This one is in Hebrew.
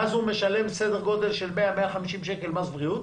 ואז הוא משלם סדר גודל של 100,150 שקל מס בריאות